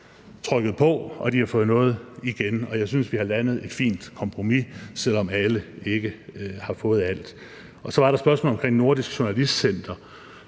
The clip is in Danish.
trykket på, og de har fået noget igen, og jeg synes, vi har landet et fint kompromis, selv om alle ikke har fået alt. Så var der spørgsmålet om Nordisk Journalistcenter.